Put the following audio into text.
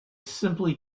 simply